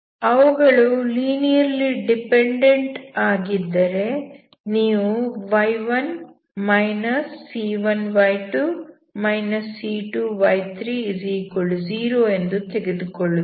ಅವುಗಳು linearly dependent ಆಗಿದ್ದರೆ ನೀವು y1 c1y2 c2y30 ಎಂದು ತೆಗೆದುಕೊಳ್ಳುತ್ತೀರಿ